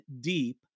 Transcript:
deep